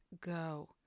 go